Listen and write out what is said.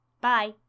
Bye